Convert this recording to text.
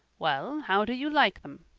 well, how do you like them?